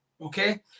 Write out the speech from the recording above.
Okay